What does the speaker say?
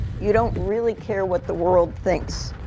you don't really care what the world thinks.